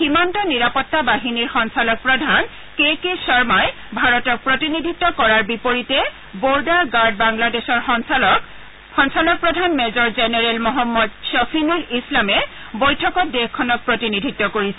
সীমান্ত নিৰাপত্তা বাহিনীৰ সঞ্চালকপ্ৰধান কে কে শৰ্মইি ভাৰতক প্ৰতিনিধিত্ব কৰাৰ বিপৰীতে বৰ্ডাৰ গাৰ্ড বাংলাদেশৰ সঞ্চালক প্ৰধান মেজৰ জেনেৰল মহম্মদ শ্বফিনুল ইছলামে বৈঠকত দেশখনক প্ৰতিনিধিত্ব কৰিছে